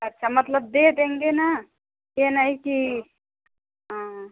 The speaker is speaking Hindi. अच्छा मतलब दे देंगे ना यह नहीं कि हाँ